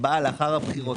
הוראות אלה).